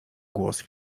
głos